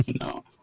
no